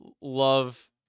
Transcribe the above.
love